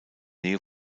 nähe